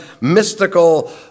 mystical